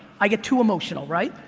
i get too emotional, right?